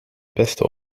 beste